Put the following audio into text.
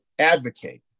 advocate